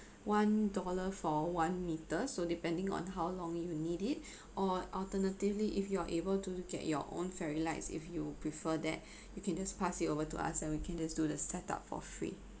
one dollar for one meter so depending on how long you will need it or alternatively if you are able to get your own fairy lights if you prefer that you can just pass it over to us then we can just do the set up for free